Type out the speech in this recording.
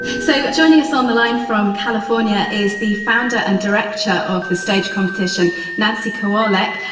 so joining us on the line from california is the founder and director of the stage competition, nancy kawalek.